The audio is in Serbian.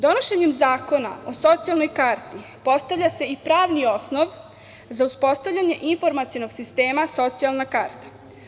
Donošenjem zakona o socijalnoj karti postavlja se i pravni osnov za uspostavljanje informacionog sistema socijalna karta.